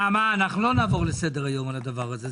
נעמה, אנחנו לא נעבור לסדר-היום על הדבר הזה.